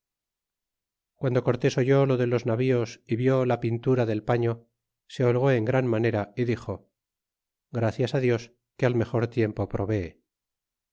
guando cortés oyó lo de los navíos y vió la pintura del paño se holgó en gran manera y dixo gracias dios que al mejor tiempo provee